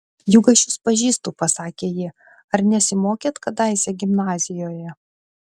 juk aš jus pažįstu pasakė ji ar nesimokėt kadaise gimnazijoje